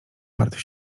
martw